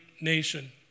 nation